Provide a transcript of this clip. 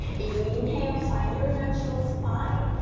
inhale, find your neutral spine,